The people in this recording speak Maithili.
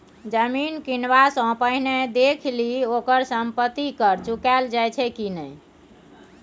जमीन किनबा सँ पहिने देखि लिहें ओकर संपत्ति कर चुकायल छै कि नहि?